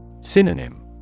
Synonym